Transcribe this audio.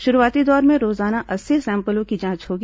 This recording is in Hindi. शुरूआती दौर में रोजाना अस्सी सैंपलों की जांच होगी